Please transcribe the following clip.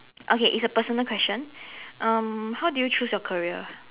okay it's a personal question um how do you choose your career